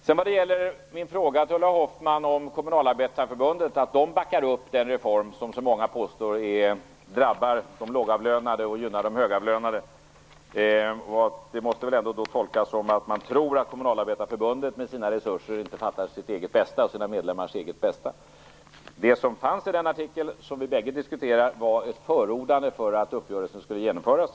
Ulla Hoffmanns svar på frågan varför Kommunalarbetareförbundet backar upp den reform som så många påstår drabbar de lågavlönade och gynnar de högavlönade måste tolkas så att man tror att Kommunalarbetareförbundet med sina resurser inte fattar sitt eget och sina medlemmars bästa. I den artikel som vi diskuterar förordades att uppgörelsen skulle genomföras.